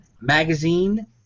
magazine